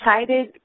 excited